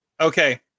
Okay